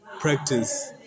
Practice